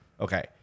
Okay